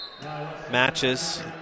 matches